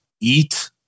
Eat